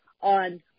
on